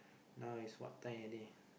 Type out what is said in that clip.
now is what time already